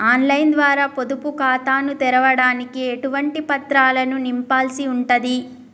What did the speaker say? On line ద్వారా పొదుపు ఖాతాను తెరవడానికి ఎటువంటి పత్రాలను నింపాల్సి ఉంటది?